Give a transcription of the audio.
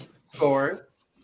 scores